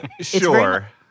Sure